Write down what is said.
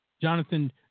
Jonathan